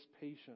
patient